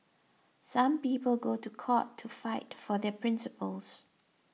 some people go to court to fight for their principles